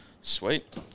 Sweet